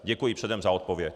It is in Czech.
Děkuji předem za odpověď.